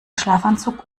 schlafanzug